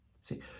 See